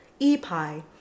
EPI